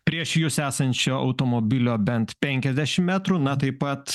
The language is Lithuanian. prieš jus esančio automobilio bent penkiasdešim metrų na taip pat